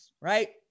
right